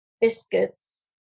biscuits